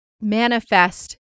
manifest